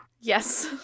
Yes